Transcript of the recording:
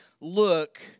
look